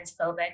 transphobic